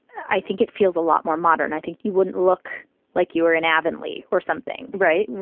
i think it feels a lot more modern. i think you wouldn't look like you were in avidly or something. right.